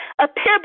Appear